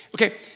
okay